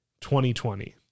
2020